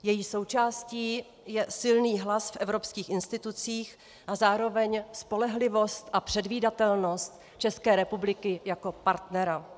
Její součástí je silný hlas v evropských institucích a zároveň spolehlivost a předvídatelnost České republiky jako partnera.